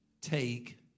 take